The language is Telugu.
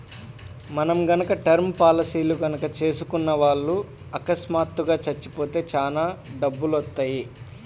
మనం గనక టర్మ్ పాలసీలు గనక చేసుకున్న వాళ్ళు అకస్మాత్తుగా చచ్చిపోతే చానా డబ్బులొత్తయ్యి